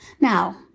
Now